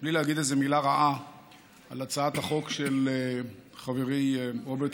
בלי להגיד איזו מילה רעה על הצעת החוק של חברי רוברט